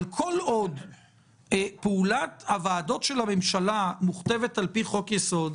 אבל כל עוד פעולת ועדות הממשלה מוכתבת על פי חוק-יסוד,